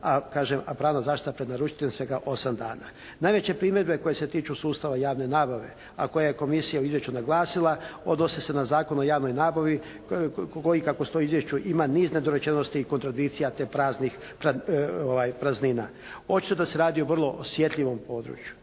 pravna zaštita pred … /Ne razumije se./ … svega osam dana. Najveće primjedbe koje se tiču sustava javne nabave, a koje je komisija u izvješću naglasila, odnosi se na Zakon o javnoj nabavi koji kako stoji u izvješću ima niz nedorečenosti i kontradikcija te praznih praznina. Očito da se radi o vrlo osjetljivom području,